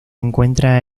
encuentra